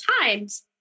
times